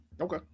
Okay